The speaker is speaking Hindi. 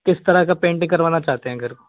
किस तरह का पेंट करवाना चाहते हैं घर